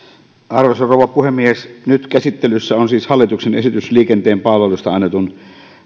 arvoisa rouva puhemies nyt käsittelyssä oleva hallituksen esitys on liikenteen palveluista annetun